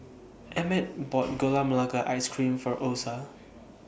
Emmett bought Gula Melaka Ice Cream For Osa